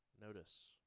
notice